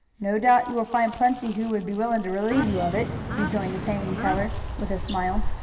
no doubt you will find plenty who would be willing to relieve you of it, rejoined the paying teller, with a smile.